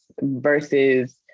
versus